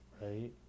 Right